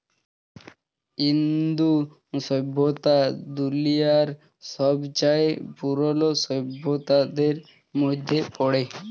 ইন্দু সইভ্যতা দুলিয়ার ছবচাঁয়ে পুরল সইভ্যতাদের মইধ্যে পড়ে